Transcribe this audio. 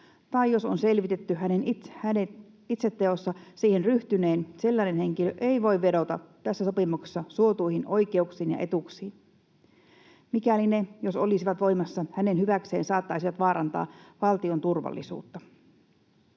tai jos on selvitetty hänen itse teossa siihen ryhtyneen, sellainen henkilö ei voi vedota tässä sopimuksessa suotuihin oikeuksiin ja etuuksiin, mikäli ne, jos olisivat voimassa hänen hyväkseen, saattaisivat vaarantaa valtion turvallisuutta.”